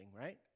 right